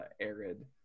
arid